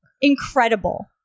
incredible